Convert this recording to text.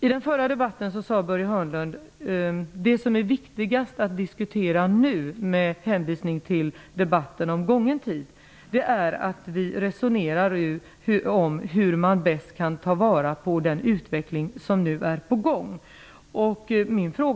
I den förra debatten sade Börje Hörnlund att det som är viktigast att diskutera nu -- med hänvisning till debatten om gången tid -- är hur man bäst tar till vara den utveckling som nu är på gång.